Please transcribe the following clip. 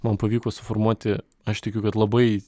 man pavyko suformuoti aš tikiu kad labai